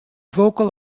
vocal